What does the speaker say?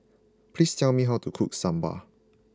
please tell me how to cook Sambar